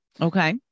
Okay